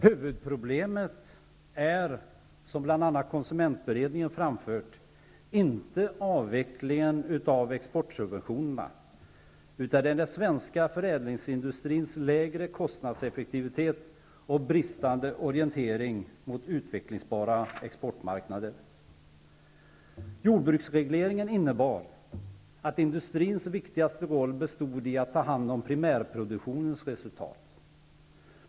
Huvudproblemet är, som bl.a. konsumentberedningen har framhållit, inte avvecklingen av exportsubventionerna, utan det är den svenska förädlingsindustrins lägre kostnadseffektivitet och bristande orientering mot utvecklingsbara exportmarknader. Jordbruksregleringen innebar att industrins viktigaste roll bestod i att ta hand om primärproduktionens resultat.